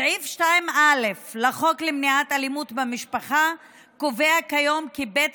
סעיף 2א לחוק למניעת אלימות במשפחה קובע כיום כי בית